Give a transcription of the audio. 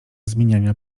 zmieniania